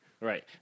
Right